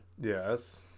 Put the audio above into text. Yes